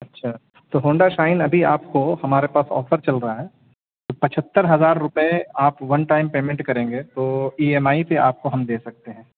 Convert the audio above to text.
اچھا تو Honda Shine ابھی آپ کو ہمارے پاس آفر چل رہا ہے تو پچہتر ہزار روپئے آپ ون ٹائم پیمنٹ کریں گے تو ای ایم آئی پہ آپ کو ہم دے سکتے ہیں